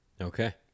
Okay